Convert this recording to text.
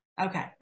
Okay